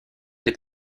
des